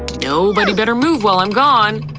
nobody better move while i'm gone.